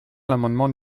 l’amendement